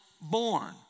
born